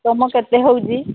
ତୁମର କେତେ ହେଉଛି